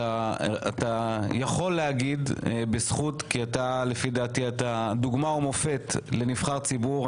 אתה יכול להגיד בזכות כי לפי דעתי אתה דוגמה ומופת לנבחר ציבור.